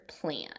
plan